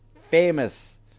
Famous